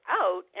out